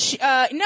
No